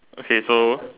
okay so